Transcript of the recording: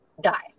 die